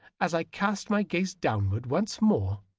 as i cast my gaze downward once more,